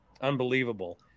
unbelievable